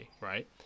right